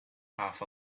half